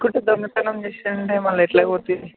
ticket దొంగతనం చేసారంటే మళ్ళీ ఎట్లాగవుతుంది